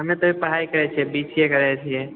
हमे तऽ पढ़ाइ करैत छियै बी सी ए करैत छियै